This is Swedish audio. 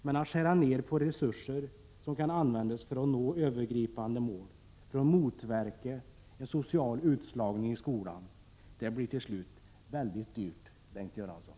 Men att skära ned resurser, som kan användas för att nå övergripande mål och för att motverka en social utslagning i skolan blir till slut mycket dyrt, Bengt Göransson.